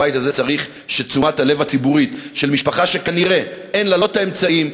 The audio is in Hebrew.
הבית הזה צריך שתשומת הלב הציבורית של משפחה שכנראה אין לה לא האמצעים,